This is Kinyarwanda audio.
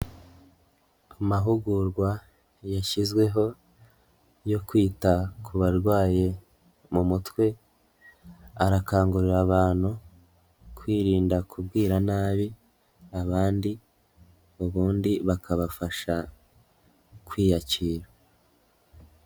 Amahugurwa yashyizweho yo kwita ku barwaye mu mutwe, arakangurira abantu kwirinda kubwira nabi abandi ubundi bakabafasha kwiyakira.